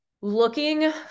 looking